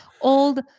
old